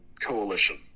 coalition